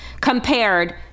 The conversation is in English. compared